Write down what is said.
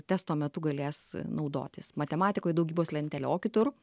testo metu galės naudotis matematikoj daugybos lentele o kitur